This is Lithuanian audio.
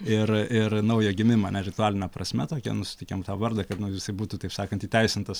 ir ir naują gimimą ritualine prasme tokia nu suteikėm tą vardą kad nu jisai būtų taip sakant įteisintas